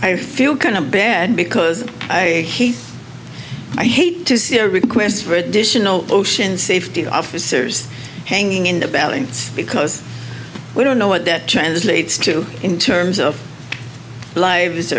i feel kind of bad because i i hate to see a request for additional ocean safety officers hanging in the balance because we don't know what that translates to in terms of lives